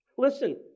Listen